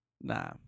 Nah